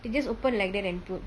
they just open like that and put